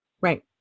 Right